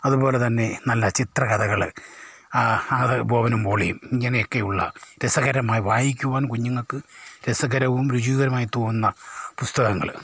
അതുപോലെ തന്നെ നല്ല ചിത്ര കഥകൾ അത് ബോബനും മോളിയും ഇങ്ങനെയൊക്കെയുള്ള രസകരമായി വായിക്കുവാൻ കുഞ്ഞുങ്ങൾക്ക് രസകരവും രുചികരവുമായി തോന്നുന്ന പുസ്തകങ്ങൾ